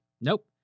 Nope